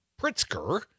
Pritzker